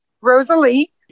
Rosalie